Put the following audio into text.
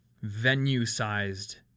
venue-sized